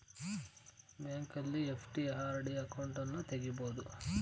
ಬ್ಯಾಂಕಲ್ಲಿ FD, RD ಅಕೌಂಟನ್ನು ತಗಿಬೋದು